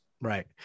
right